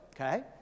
Okay